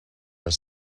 are